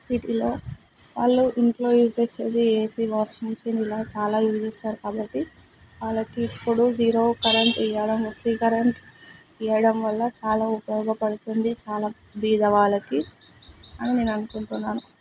సిటీలో వాళ్ళు ఇంట్లో యూజ్ చేసేది ఏసీ వాషింగ్ మిషిన్ ఇలా చాలా యూజ్ చేస్తారు కాబట్టి వాళ్ళకి ఇప్పుడు జీరో కరెంటు ఇవ్వడం ఫ్రీ కరెంట్ ఇవ్వడం వల్ల చాలా ఉపయోగపడుతుంది చాలా బీద వాళ్ళకి అని నేను అనుకుంటున్నాను